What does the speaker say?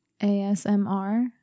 ASMR